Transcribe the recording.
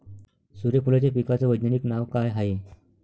सुर्यफूलाच्या पिकाचं वैज्ञानिक नाव काय हाये?